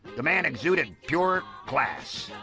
the man exuded pure class.